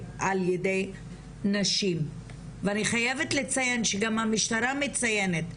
ע"י נשים ואני חייבת לציין שגם המשטרה מציינת,